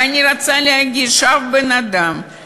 ואני רוצה להגיד שאף בן-אדם,